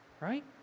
right